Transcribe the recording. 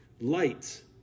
Light